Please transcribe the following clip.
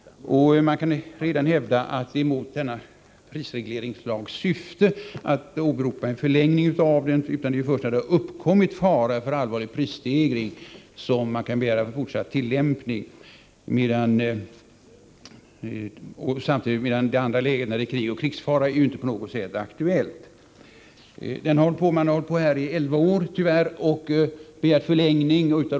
Man kan därför hävda att det är emot denna prisregleringslags syfte att åberopa en förlängning av den. Det är ju först när det har uppkommit fara för allvarlig prisstegring som man kan begära fortsatt tillämpning — det andra läget, krig eller krigsfara, är ju inte på något sätt aktuellt. Man har tyvärr hållit på i elva år och begärt förlängning av denna lag.